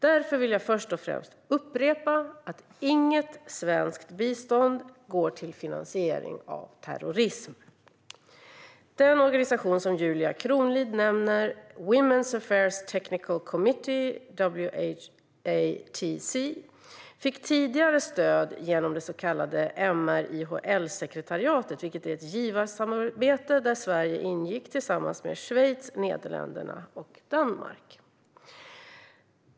Därför vill jag först och främst upprepa att inget svenskt bistånd går till finansiering av terrorism. Den organisation som Julia Kronlid nämner, Women's Affairs Technical Committee eller WATC, fick tidigare stöd genom det så kallade MR/IHL-sekretariatet, vilket är ett givarsamarbete där Sverige ingick tillsammans med Schweiz, Nederländerna och Danmark.